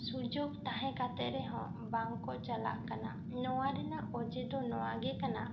ᱥᱩᱡᱚᱜᱽ ᱛᱟᱦᱮᱸ ᱠᱟᱛᱮ ᱨᱮᱦᱚᱸ ᱵᱟᱝ ᱠᱚ ᱪᱟᱞᱟᱜ ᱠᱟᱱᱟ ᱱᱚᱣᱟ ᱨᱮᱱᱟᱜ ᱚᱡᱮ ᱫᱚ ᱱᱚᱣᱟ ᱜᱮ ᱠᱟᱱᱟ